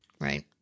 Right